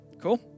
Cool